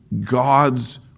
God's